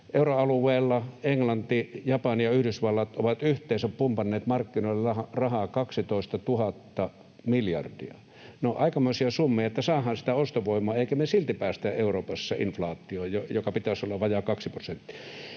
euroalueella, Japani ja Yhdysvallat ovat pumpanneet markkinoille rahaa yhteensä 12 000 miljardia. Ne ovat aikamoisia summia, että saadaan sitä ostovoimaa, eikä me silti päästä Euroopassa inflaatioon, jonka pitäisi olla vajaat 2 prosenttia.